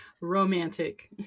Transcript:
Romantic